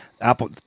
Apple